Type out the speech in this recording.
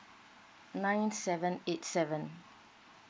nine seven eight seven